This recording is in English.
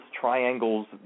triangles